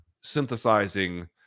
synthesizing